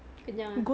kenyang ah